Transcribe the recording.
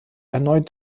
erneut